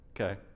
Okay